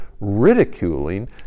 ridiculing